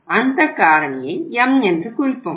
அந்த காரணியை M என்று குறிப்போம்